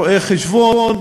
רואי-חשבון,